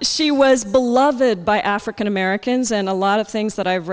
she was beloved by african americans and a lot of things that i've